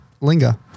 linger